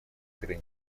границ